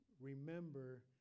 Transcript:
remember